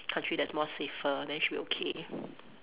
country that's more safer then should be okay